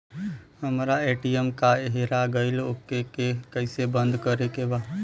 हमरा ए.टी.एम वा हेरा गइल ओ के के कैसे बंद करे के बा?